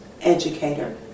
educator